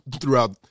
throughout